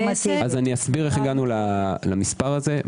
אסביר איך הגענו למספר הזה.